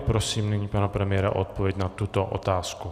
A prosím pana premiéra o odpověď na tuto otázku.